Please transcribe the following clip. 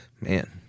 Man